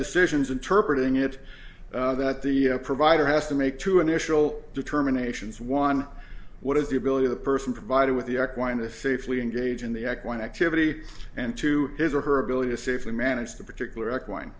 decisions interpreted in it that the provider has to make two initial determinations one what is the ability of the person provided with the act wind to safely engage in the act one activity and to his or her ability to safely manage the particular act one